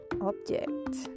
object